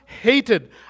hated